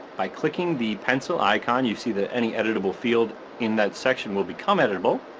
by clicking the pencil icon, you see that any editable field in that section will become editable,